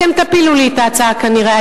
כנראה אתם תפילו לי את ההצעה היום,